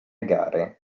gare